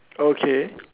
okay